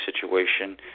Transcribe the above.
situation